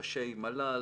ראשי מל"ל,